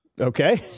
okay